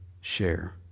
share